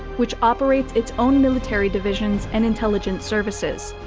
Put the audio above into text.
which operates its own military divisions and intelligence services.